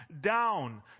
down